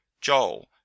Joel